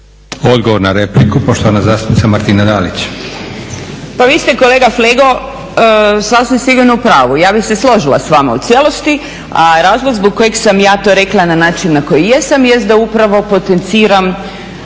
Odgovor na repliku poštovana zastupnica Martina Dalić. **Dalić, Martina (HDZ)** Pa vi ste kolega Flego sasvim sigurno u pravu, ja bih se s vama složila u cijelosti, a razlog zbog kojeg sam ja to rekla na način na koji jesam jest da upravo potenciram